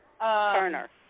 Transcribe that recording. Turner